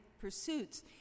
pursuits